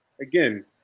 again